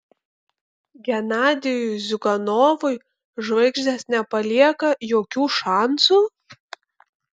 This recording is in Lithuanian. genadijui ziuganovui žvaigždės nepalieka jokių šansų